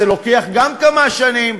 וגם זה לוקח כמה שנים.